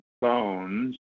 bones